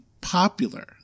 popular